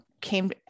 came